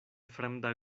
fremda